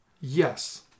yes